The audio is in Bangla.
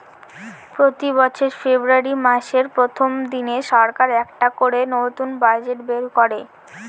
প্রতি বছর ফেব্রুয়ারী মাসের প্রথম দিনে সরকার একটা করে নতুন বাজেট বের করে